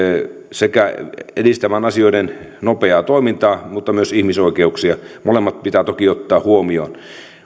edistämään asioiden nopeaa toimintaa mutta myös ihmisoikeuksia molemmat pitää toki ottaa huomioon